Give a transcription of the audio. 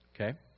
Okay